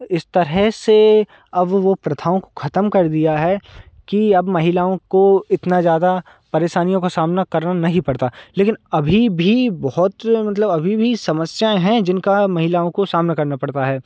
इस तरह से अब वो प्रथाओं को ख़त्म कर दिया है कि अब महिलाओं को इतना ज़्यादा परेशानियों का सामना करना नहीं पड़ता लेकिन अभी भी बहुत मतलब अभी भी समस्याएँ हैं जिनका महिलाओं को सामना करना पड़ता है